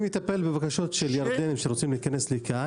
אני מטפל ברשימות של ירדן שרוצים להיכנס לכאן.